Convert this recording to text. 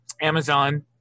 Amazon